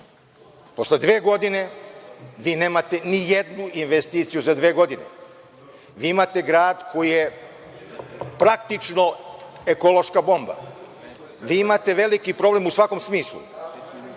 posle dve godine, vi nemate ni jednu investiciju za dve godine. Vi imate grad koji je praktično ekološka bomba, vi imate veliki problem u svakom smislu. Pošto